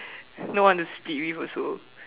no one to split with also